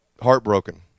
heartbroken